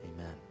Amen